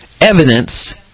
evidence